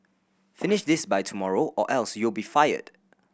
finish this by tomorrow or else you'll be fired